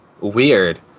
weird